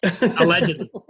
allegedly